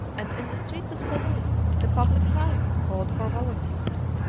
and in the streets of seville the public crier called for volunteers.